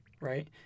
right